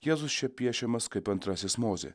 jėzus čia piešiamas kaip antrasis mozė